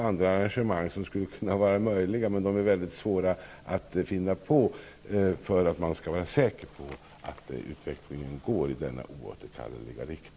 Andra arrangemang skulle naturligtvis vara möjliga, men det är svårt att finna något som gör att man kan vara säker på att det blir oåterkalleligt.